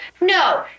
No